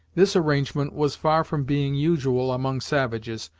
this arrangement was far from being usual among savages,